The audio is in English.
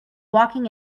walking